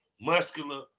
muscular